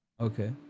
Okay